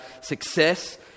success